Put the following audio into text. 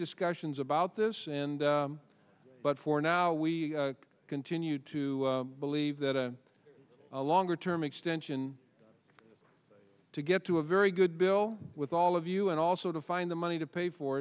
discussions about this and but for now we continue to to believe that a longer term extension to get to a very good bill with all of you and also to find the money to pay for